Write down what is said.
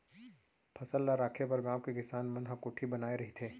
फसल ल राखे बर गाँव के किसान मन ह कोठी बनाए रहिथे